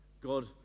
God